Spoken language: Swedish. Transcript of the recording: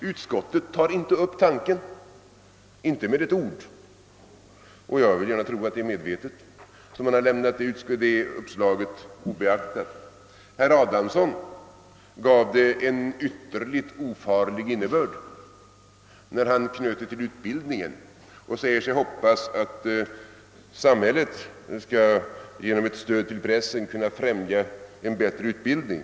Utskottet tar inte med ett ord upp tanken, och jag vill gärna tro att det är medvetet som utskottet lämnat uppslaget obeaktat. Herr Adamsson gav uppslaget en ytterligt ofarlig innebörd när han knöt det till utbildningen och sade sig hoppas att samhället skall genom ett stöd till pressen kunna främja en bättre utbildning.